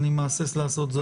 תודה.